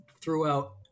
throughout